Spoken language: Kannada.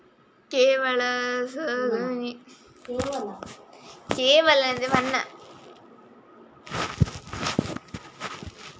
ಕೇವಲ ಸಗಣಿ ಗೊಬ್ಬರದಲ್ಲಿ ತರಕಾರಿಗಳನ್ನು ಬೆಳೆಸಲಿಕ್ಕೆ ಆಗ್ತದಾ?